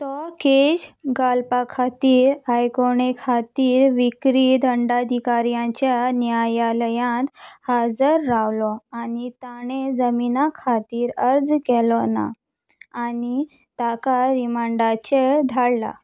तो केश घालपा खातीर आयकोण खातीर विक्री धंडाधिकऱ्यांच्या न्यायालयांत हाजर रावलो आनी ताणें जमिना खातीर अर्ज केलो ना आनी ताका रिमांडाचेर धाडला